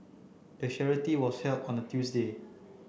the charity run was held on a Tuesday